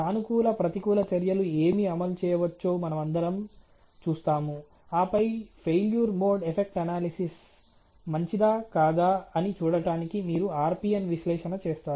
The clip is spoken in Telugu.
సానుకూల ప్రతికూల చర్యలు ఏమి అమలు చేయవచ్చో మనమందరం చూస్తాము ఆపై ఫెయిల్యూర్ మోడ్ ఎఫెక్ట్ అనాలిసిస్ మంచిదా కాదా అని చూడటానికి మీరు RPN విశ్లేషణ చేస్తారు